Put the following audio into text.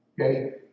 Okay